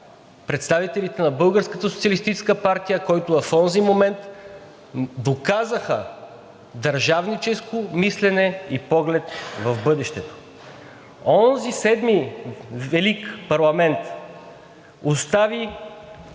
социалистическа партия, които в онзи момент доказаха държавническо мислене и поглед в бъдещето. Онзи Седми велик парламент остави